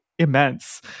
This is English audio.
immense